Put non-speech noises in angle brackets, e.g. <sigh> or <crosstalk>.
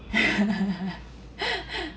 <laughs>